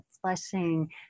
flushing